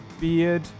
Beard